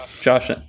Josh